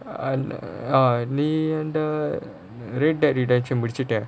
oh நீ அந்த:nee antha red dead dedemption முடிச்சிட்டு:mudichittu